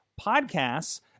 Podcasts